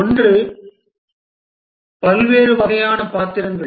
ஒன்று பல்வேறு வகையான பாத்திரங்கள்